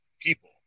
people